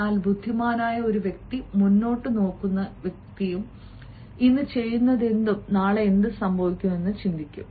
എന്നാൽ ബുദ്ധിമാനായ ഒരു വ്യക്തി മുന്നോട്ട് നോക്കുന്ന വ്യക്തിയും ഇന്ന് ചെയ്യുന്നതെന്തും നാളെ എന്ത് സംഭവിക്കുമെന്ന് ചിന്തിക്കും